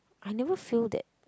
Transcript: I never feel that